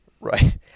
Right